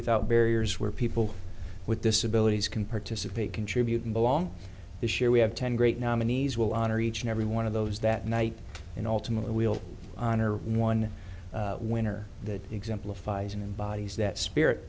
without barriers where people with disabilities can participate contribute and belong this year we have ten great nominees will honor each and every one of those that night and ultimately we'll honor one winner that exemplifies and embodies that spirit